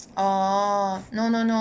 oh no no no